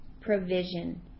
provision